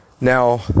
Now